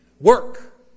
work